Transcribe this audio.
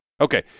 Okay